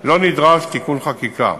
לא נדרש תיקון חקיקה.